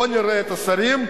בוא נראה את השרים.